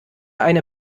eine